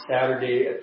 Saturday